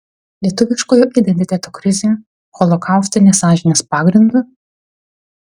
lietuviškojo identiteto krizė holokaustinės sąžinės pagrindu